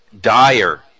dire